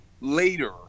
later